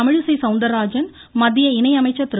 தமிழிசை சௌந்தர்ராஜன் மத்திய இணையமைச்சர் திரு